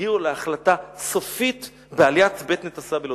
הגיעו להחלטה סופית בעליית בית-נתזה בלוד.